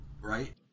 right